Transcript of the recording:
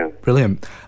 Brilliant